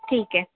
ٹھیک ہے